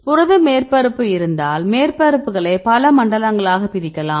புரத மேற்பரப்பு இருந்தால் மேற்பரப்புகளை பல மண்டலங்களாக பிரிக்கலாம்